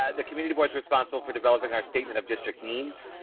ah the community boards responsible for developing our statement of district means